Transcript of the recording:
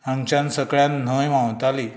हांगच्यान सकल्यान न्हंय व्हांवताली